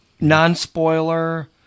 Non-spoiler